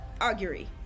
Augury